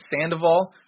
Sandoval